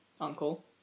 uncle